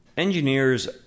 engineers